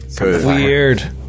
Weird